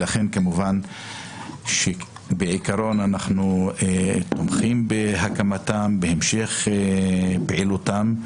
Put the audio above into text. לכן כמובן שבעיקרון אנחנו תומכים בהקמתם ובהמשך פעילותם,